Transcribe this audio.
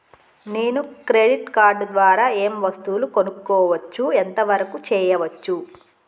నేను credit card ద్వారా ఏం వస్తువులు కొనుక్కోవచ్చు ఎంత వరకు చేయవచ్చు?